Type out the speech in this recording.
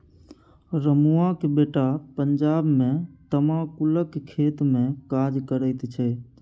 रमुआक बेटा पंजाब मे तमाकुलक खेतमे काज करैत छै